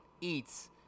eats